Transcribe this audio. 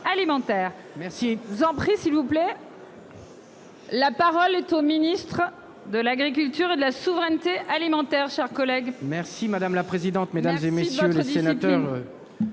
plaît. La parole est au ministre de l'Agriculture et de la souveraineté alimentaire, chers collègues. Merci madame la présidente, mesdames et messieurs les sénateurs.